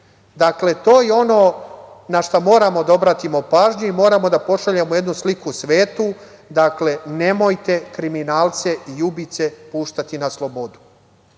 službi. Dakle, to je ono na šta moramo da obratimo pažnju i moramo da pošaljemo jednu sliku svetu. Nemojte kriminalce i ubice puštati na slobodu.